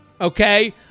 okay